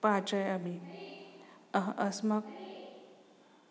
पाचयामि अः अस्मान्